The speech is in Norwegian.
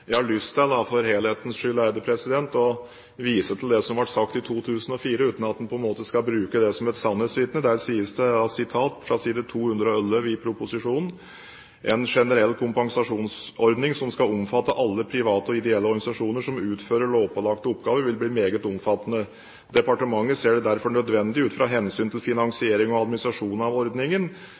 For helhetens skyld har jeg lyst til å vise til det som ble sagt i 2004, uten at en skal bruke det som et sannhetsvitne. Der sies det fra side 211 i Ot.prp. nr. 1 for 2003–2004: «En generell kompensasjonsordning som skal omfatte alle private og ideelle virksomheter som utfører lovpålagte oppgaver kan bli meget omfattende. Departementet ser det derfor nødvendig, ut i fra hensynet til finansiering og administrasjon av ordningen